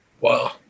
Wow